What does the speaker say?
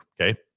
Okay